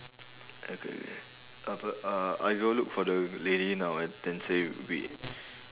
okay apa uh I go look for the lady now and then say we